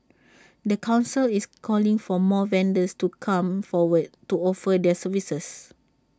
the Council is calling for more vendors to come forward to offer their services